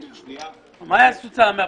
- מה יעשו צלמי הפפראצי?